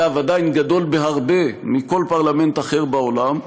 אגב, עדיין גדול בהרבה מכל פרלמנט אחר בעולם,